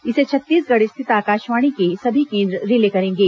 इसे छत्तीसगढ़ स्थित आकाशवाणी के सभी केंद्र रिले करेंगे